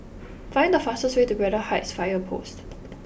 find the fastest way to Braddell Heights Fire Post